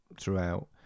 throughout